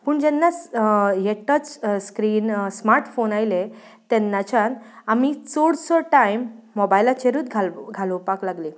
पूण जेन्ना स हे टच स्क्रीन स्मार्ट फोन आयले तेन्नाच्यान आमी चडसो टायम मोबायलाचेरूत घाल घालोवपाक लागले